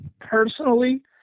personally